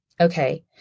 Okay